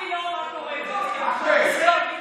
אחמד, אבל למה אתה מתחמק מהשאלה?